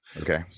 Okay